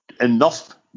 enough